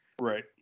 Right